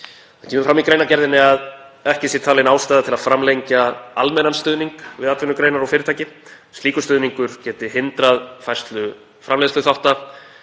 Fram kemur í greinargerðinni að ekki sé talin ástæða til að framlengja almennan stuðning við atvinnugreinar og fyrirtæki, slíkur stuðningur geti hindrað færslu framleiðsluþátta